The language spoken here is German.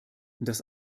das